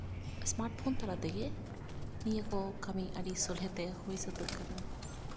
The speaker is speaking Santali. ᱥᱢᱟᱨᱴᱯᱷᱳᱱ ᱛᱟᱞᱟ ᱛᱮᱜᱮ ᱱᱤᱭᱟᱹ ᱠᱚ ᱠᱟᱹᱢᱤ ᱟᱹᱰᱤ ᱥᱚᱦᱞᱮᱛᱮ ᱦᱩᱭ ᱥᱟᱹᱛᱟᱹᱜ ᱠᱟᱱᱟ